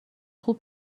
خوب